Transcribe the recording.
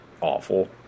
awful